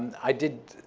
i did